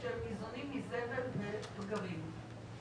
כשהם ניזונים מזבל ופגרים.